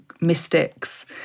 mystics